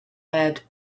lead